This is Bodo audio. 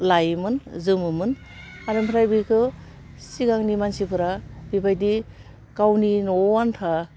लायोमोन जोमोमोन आरो ओमफ्राय बेखौ सिगांनि मानसिफोरा बेबायदि गावनि न'वाव आनथा